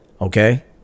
Okay